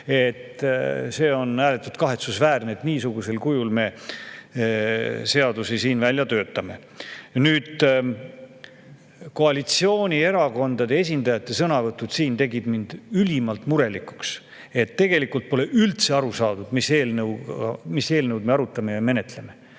See on ääretult kahetsusväärne, et me niisugusel kujul seadusi siin välja töötame. Koalitsioonierakondade esindajate sõnavõtud siin tegid mind ülimalt murelikuks. Tegelikult pole üldse aru saadud, mis eelnõu me arutame ja menetleme.